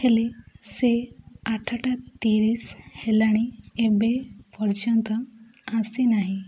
ହେଲେ ସେ ଆଠଟା ତିରିଶ ହେଲାଣି ଏବେ ପର୍ଯ୍ୟନ୍ତ ଆସିନାହିଁ